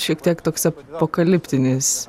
šiek tiek toks apokaliptinis